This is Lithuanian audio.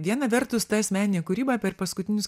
viena vertus ta asmeninė kūryba per paskutinius